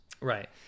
Right